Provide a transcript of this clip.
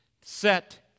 set